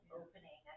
opening